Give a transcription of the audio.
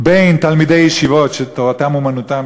בין תלמידי ישיבות שתורתם-אומנותם,